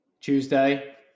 Tuesday